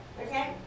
Okay